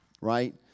right